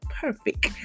perfect